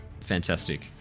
Fantastic